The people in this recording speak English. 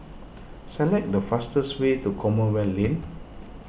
select the fastest way to Commonwealth Lane